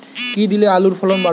কী দিলে আলুর ফলন বাড়বে?